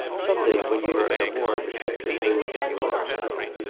some day when you are in a more receptive mood than you are now.